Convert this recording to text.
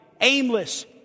Aimless